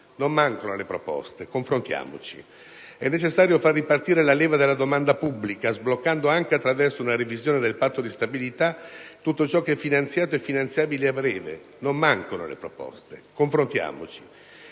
Non mancano le proposte: confrontiamoci. È necessario far ripartire la leva della domanda pubblica, sbloccando anche attraverso una revisione del Patto di stabilità tutto quanto è finanziato e finanziabile a breve. Non mancano le proposte: confrontiamoci.